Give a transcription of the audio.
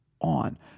on